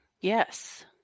Yes